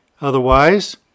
Otherwise